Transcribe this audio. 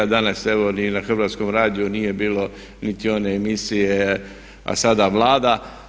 Danas evo ni na Hrvatskom radiju nije bilo niti one emisije „A sada Vlada“